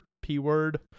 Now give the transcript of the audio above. P-word